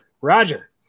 Roger